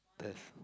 test